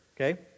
okay